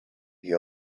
the